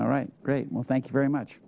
all right great well thank you very much